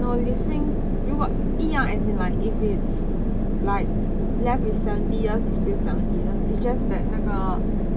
no leasing 如果一样 as in like if it's like left with seventy years it's still seventy years it's just that 那个